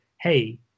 hey